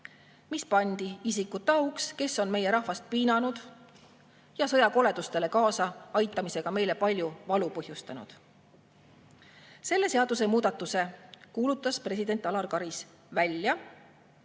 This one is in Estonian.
mis pandi isikute auks, kes on meie rahvast piinanud ja sõjakoledustele kaasaaitamisega meile palju valu põhjustanud. Selle seadusemuudatuse kuulutas president Alar Karis välja